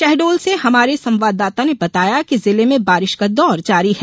शहडोल से हमारे संवाददाता ने बताया है कि जिले में बारिश का दौर जारी है